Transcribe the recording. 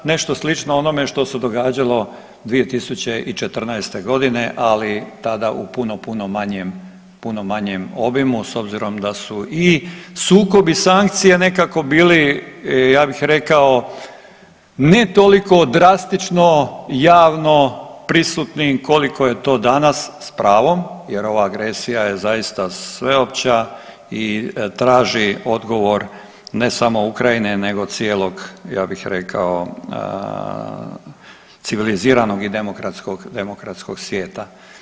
Nešto slično onome što se događalo 2014. godine, ali tada u puno, puno manjem, puno manjem obimu s obzirom da su i sukob i sankcije nekako bili ja bih rekao ne toliko drastično, javno prisutni koliko je to danas, s pravom jer ova agresija je zaista sveopća i traži odgovor ne samo Ukrajine nego cijelog ja bih rekao civiliziranog i demokratskog, demokratskog svijeta.